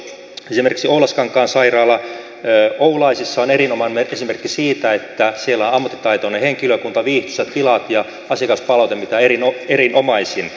esimerkiksi oulaskankaan sairaala oulaisissa on erinomainen esimerkki siitä että siellä on ammattitaitoinen henkilökunta viihtyisät tilat ja asiakaspalaute mitä erinomaisin